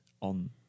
on